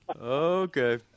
Okay